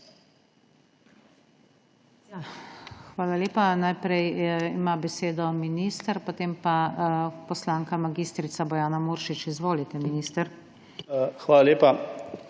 Hvala lepa. Najprej ima besedo minister, potem pa poslanka magistrica Bojana Muršič. Izvolite, minister. MATJAŽ